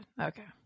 Okay